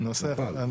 נפל.